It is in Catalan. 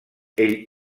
ell